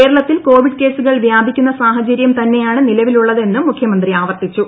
കേരളത്തിൽ കോവിഡ് കേസുകൾ വ്യാപിക്കുന്ന സാഹചര്യം തന്നെയാണ് നിലവിലുള്ളത് എന്നും മുഖ്യമന്ത്രി ആവർത്തിച്ചു